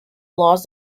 laws